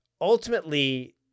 ultimately